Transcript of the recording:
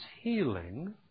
healing